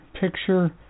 picture